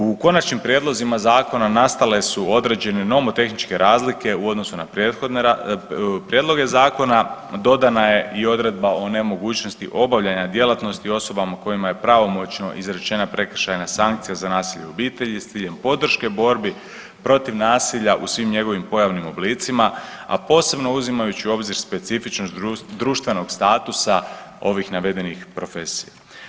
U konačnim prijedlozima zakona nastale su određene nomotehničke razlike u odnosu na prethodne prijedloge zakona, dodana je i odredba o nemogućnosti obavljanja djelatnosti osobama kojima je pravomoćno izrečena prekršajna sankcija za nasilje u obitelji s ciljem podrške borbi protiv nasilja u svim njegovim pojavnim oblicima, a posebno uzimajući u obzir specifičnost društvenog statusa ovih navedenih profesija.